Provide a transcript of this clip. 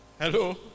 Hello